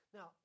Now